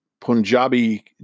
Punjabi